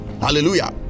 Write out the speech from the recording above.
hallelujah